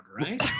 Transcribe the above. right